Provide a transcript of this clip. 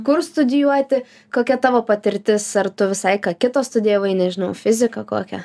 kur studijuoti kokia tavo patirtis ar tu visai ką kito studijavai nežinau fiziką kokią